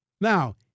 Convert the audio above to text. Now